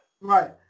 right